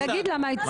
תגיד לה מה הצעתם.